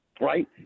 right